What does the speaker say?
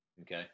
okay